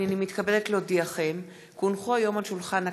הנני מתכבדת להודיעכם כי הונחו היום על שולחן הכנסת,